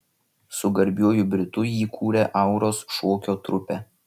su garbiuoju britu jį kūrė auros šokio trupę